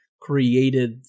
created